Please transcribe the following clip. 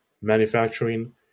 manufacturing